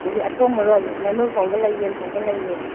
ꯍꯧꯖꯤꯛ ꯑꯊꯣꯡꯕꯔꯣ ꯉꯥꯅꯨ ꯊꯣꯡꯕ ꯂꯩ ꯌꯦꯟ ꯊꯣꯡꯕ ꯂꯩꯌꯦ